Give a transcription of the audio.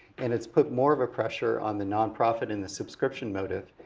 and it's put more of a pressure on the nonprofit and the subscription motive.